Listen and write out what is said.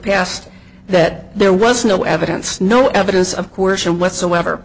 past that there was no evidence no evidence of coercion whatsoever